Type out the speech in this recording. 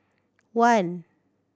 one